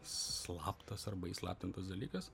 slaptas arba įslaptintas dalykas